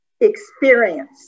experience